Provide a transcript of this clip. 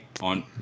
on